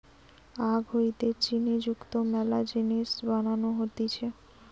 আখ হইতে চিনি যুক্ত মেলা জিনিস বানানো হতিছে